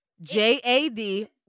J-A-D